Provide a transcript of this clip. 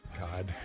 God